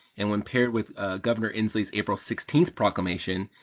and when paired with governor inslee's april sixteen proclamation,